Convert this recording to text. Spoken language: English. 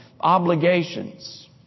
obligations